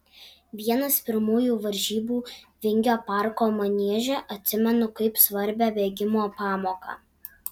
vienas pirmųjų varžybų vingio parko manieže atsimenu kaip svarbią bėgimo pamoką